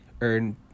earn